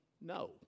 no